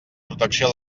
protecció